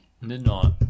Midnight